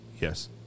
yes